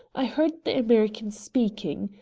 i heard the american speaking.